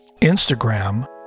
Instagram